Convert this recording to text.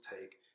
take